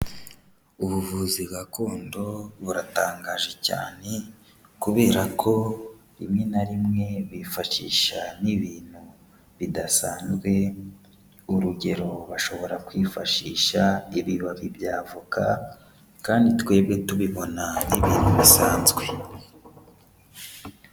Ubuvuzi gakondo buratangaje cyane kubera ko rimwe na rimwe bifashisha n'ibintu bidasanzwe, urugero bashobora kwifashisha ibibabi by' avoka, kandi twebwe tubibona nk'ibintu bisanzwe.